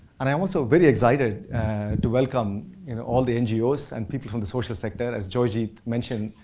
and i'm also very excited to welcome all the ngos and people from the social sector. as jogi mentioned,